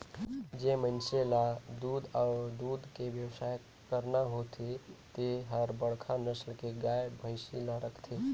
जेन मइनसे ल दूद अउ दूद के बेवसाय करना होथे ते हर बड़खा नसल के गाय, भइसी ल राखथे